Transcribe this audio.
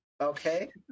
Okay